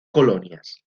colonias